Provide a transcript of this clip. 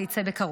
וזה יצא בקרוב.